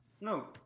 No